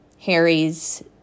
Harry's